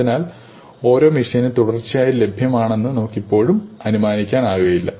അതിനാൽ ഓരോ മെഷീനും തുടർച്ചയായി ലഭ്യമാണെന്ന് നമുക്ക് ഇപ്പോഴും അനുമാനിക്കാൻ കഴിയുകയില്ല